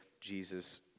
Jesus